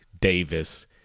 Davis